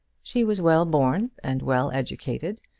she was well born and well educated,